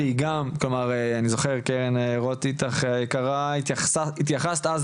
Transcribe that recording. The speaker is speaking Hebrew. שהיא גם, אני זוכר קרן רוט איטח היקרה התייחסת אז